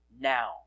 now